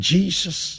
Jesus